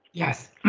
yes,